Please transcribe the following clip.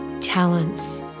talents